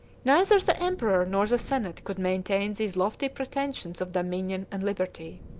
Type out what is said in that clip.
neither the emperor nor the senate could maintain these lofty pretensions of dominion and liberty.